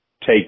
take